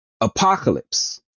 Apocalypse